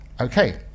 okay